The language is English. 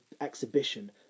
exhibition